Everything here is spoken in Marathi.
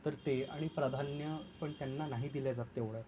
तर ते आणि प्राधान्य पण त्यांना नाही दिल्या जात तेव्हढं